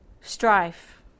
strife